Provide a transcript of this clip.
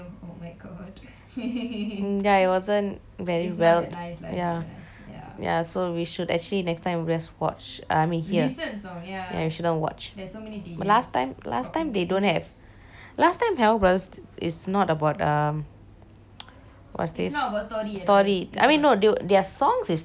ya wasn't very well ya ya so we should actually next time just watch I mean hear ya shouldn't watch but last time last time they don't have last time havoc brothers is not about um what's this story I mean no their songs is story they won't act it out